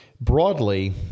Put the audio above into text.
broadly